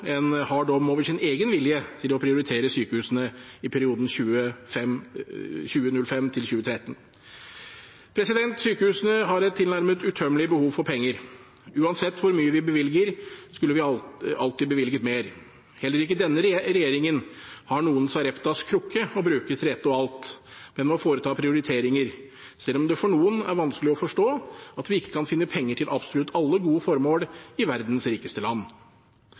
en hard dom over sin egen vilje til å prioritere sykehusene i perioden 2005–2013. Sykehusene har et tilnærmet utømmelig behov for penger. Uansett hvor mye vi bevilger, skulle vi alltid bevilget mer. Heller ikke denne regjeringen har noen sareptakrukke å bruke til ett og alt, men må foreta prioriteringer, selv om det for noen er vanskelig å forstå at vi ikke kan finne penger til absolutt alle gode formål i verdens rikeste land.